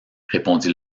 répondit